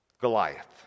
Goliath